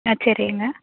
ஆ சரிங்க